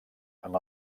amb